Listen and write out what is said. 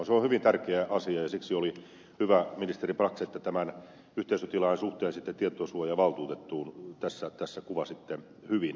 se on hyvin tärkeä asia ja siksi oli hyvä ministeri brax että tämän yhteisötilaajan suhteen tietosuojavaltuutettuun tässä kuvasitte hyvin